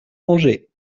angers